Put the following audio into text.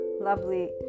lovely